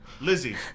Lizzie